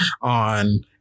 on